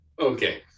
Okay